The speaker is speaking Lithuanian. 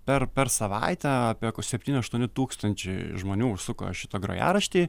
per per savaitę apie septyni aštuoni tūkstančiai žmonių suko šitą grojaraštį